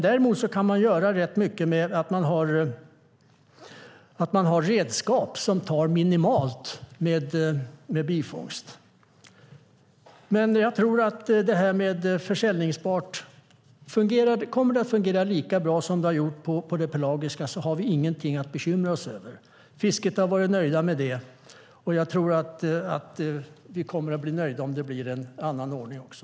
Däremot kan man göra rätt mycket genom att använda redskap som tar minimalt med bifångst. Kommer det att fungera lika bra med de säljbara kvoterna som det har gjort för det pelagiska fisket har vi ingenting att bekymra oss över. Bland fiskare har man varit nöjd, och jag tror att vi kommer att bli nöjda om det blir en annan ordning också.